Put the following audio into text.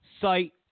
site